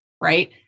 right